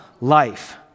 life